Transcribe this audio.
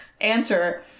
answer